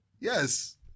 Yes